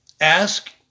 ask